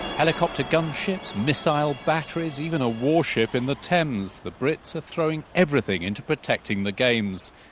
helicopter gunships, missile batteries, even a warship in the thames. the brits are throwing everything into protecting the games.